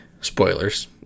Spoilers